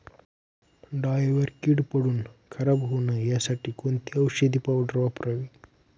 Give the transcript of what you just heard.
डाळीवर कीड पडून खराब होऊ नये यासाठी कोणती औषधी पावडर वापरावी?